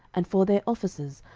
and for their officers,